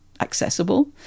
accessible